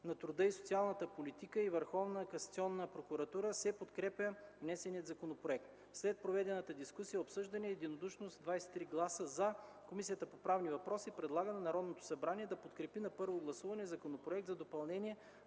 на труда и социалната политика и Върховната касационна прокуратура се подкрепя внесеният законопроект. След проведената дискусия и обсъждане единодушно с 23 гласа „за” Комисията по правни въпроси предлага на Народното събрание да подкрепи на първо гласуване Законопроект за допълнение